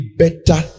better